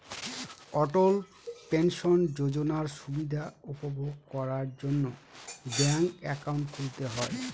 অটল pension যোজনার সুবিধা উপভোগ করার জন্য ব্যাঙ্ক একাউন্ট খুলতে হয়